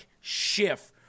Schiff